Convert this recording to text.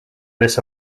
this